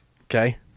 Okay